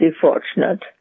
fortunate